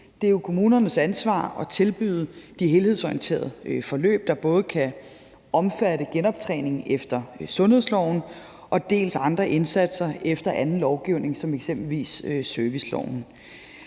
Det er jo kommunernes ansvar at tilbyde det helhedsorienterede forløb, der både kan omfatte genoptræning efter sundhedsloven og andre indsatser efter anden lovgivning, eksempelvis serviceloven.